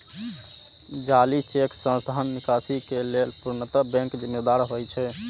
जाली चेक सं धन निकासी के लेल पूर्णतः बैंक जिम्मेदार होइ छै